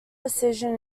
decision